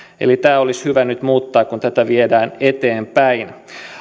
eli tämä olisi hyvä nyt muuttaa kun tätä viedään eteenpäin